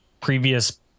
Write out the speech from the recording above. previous